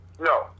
No